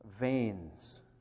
veins